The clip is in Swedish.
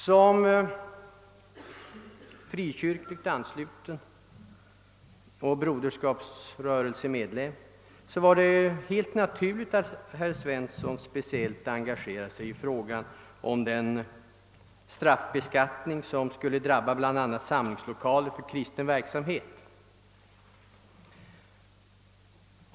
Som frikyrkligt ansluten och broderskapsrörelsemedlem var det helt naturligt att herr Svensson i Kungälv speciellt engagerade sig i frågan om den straffbeskattning som skulle drabba bl.a. samlingslokaler för kristen verksamhet.